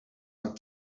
not